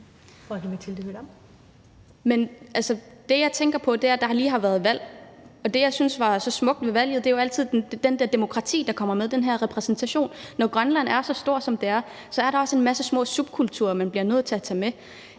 Det, jeg tænker på, er, at der lige har været valg, og det, jeg synes var så smukt ved valget, er jo det demokrati, der kommer med, altså den her repræsentation. Når Grønland er så stort, som det er, er der også en masse små subkulturer, man bliver nødt til at tage med,